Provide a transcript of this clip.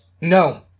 no